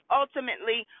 ultimately